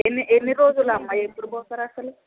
ఎన్ని ఎన్ని రోజులు అమ్మ ఎప్పుడు పోతారు అసలు